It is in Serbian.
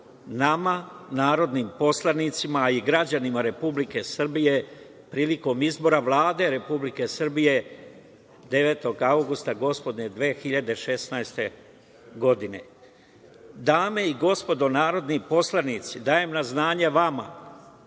nama narodnim poslanicima, a i građanima Republike Srbije, prilikom izbora Vlade Republike Srbije 9. avgusta gospodnje 2016. godine. Dame i gospodo narodni poslanici, dajem na znanje vama,